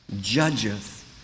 judgeth